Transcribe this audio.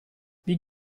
wie